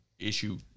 issue